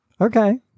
Okay